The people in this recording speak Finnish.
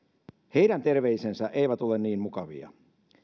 heidän terveisensä eivät ole niin mukavia